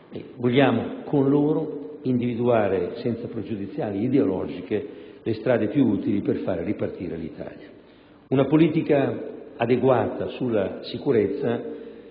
Vogliamo con loro individuare, senza pregiudiziali ideologiche, le strade più utili per far ripartire l'Italia. Una politica adeguata sulla sicurezza